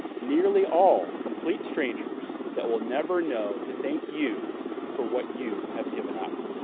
nearly all complete strangers that will never know to thank you for what you have given up.